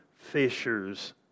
fishers